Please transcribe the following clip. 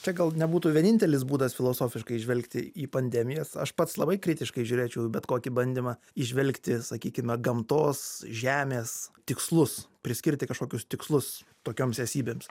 čia gal nebūtų vienintelis būdas filosofiškai žvelgti į pandemijas aš pats labai kritiškai žiūrėčiau į bet kokį bandymą įžvelgti sakykime gamtos žemės tikslus priskirti kažkokius tikslus tokioms esybėms